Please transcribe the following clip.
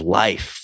life